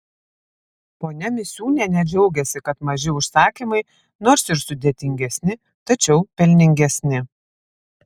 ponia misiūnienė džiaugiasi kad maži užsakymai nors ir sudėtingesni tačiau pelningesni